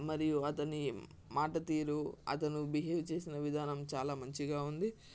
మరియు అతని మాట తీరు అతను బిహేవ్ చేసిన విధానం చాలా మంచిగా ఉంది